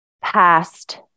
past